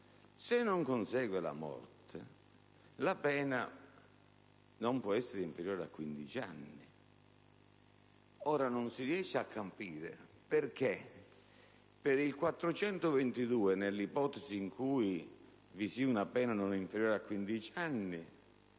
Se non consegue la morte, la pena non può essere inferiore a 15 anni. Ora, non si riesce a capire perché, per l'articolo 422, nell'ipotesi in cui vi sia una pena non inferiore a 15 anni,